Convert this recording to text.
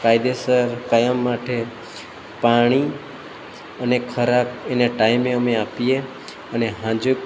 કાયદેસર કાયમ માટે પાણી અને ખોરાક એને ટાઈમે અમે આપીએ અને સાંજે